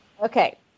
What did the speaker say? Okay